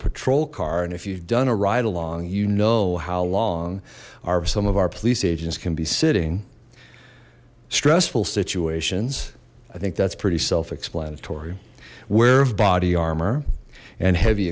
patrol car and if you've done a ride along you know how long are some of our police agents can be sitting stressful situations i think that's pretty self explanatory we're of body armor and heavy